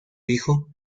hijo